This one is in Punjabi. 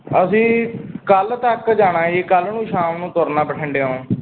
ਅਸੀਂ ਕੱਲ੍ਹ ਤੱਕ ਜਾਣਾ ਜੀ ਕੱਲ੍ਹ ਨੂੰ ਸ਼ਾਮ ਨੂੰ ਤੁਰਨਾ ਬਠਿੰਡਿਓਂ